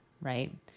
right